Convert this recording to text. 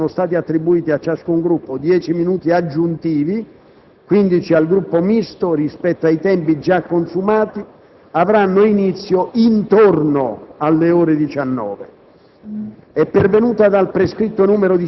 Le dichiarazioni di voto - per le quali sono stati attribuiti a ciascun Gruppo dieci minuti aggiuntivi (quindici al Gruppo misto) rispetto ai tempi già consumati - avranno inizio intorno alle ore 19.